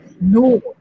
No